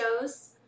shows